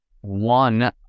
One